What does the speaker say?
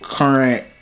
current